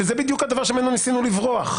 שזה בדיוק הדבר ממנו ניסינו לברוח.